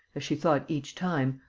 as she thought each time,